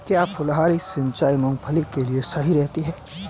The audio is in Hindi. क्या फुहारा सिंचाई मूंगफली के लिए सही रहती है?